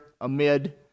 amid